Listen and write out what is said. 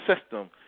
system